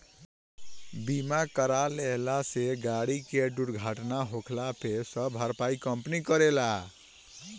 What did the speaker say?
बीमा करा लेहला से गाड़ी के दुर्घटना होखला पे सब भरपाई कंपनी करेला